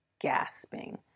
gasping